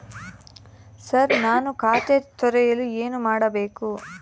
Sir ನಾನು ಖಾತೆ ತೆರೆಯಲು ಏನು ಬೇಕು?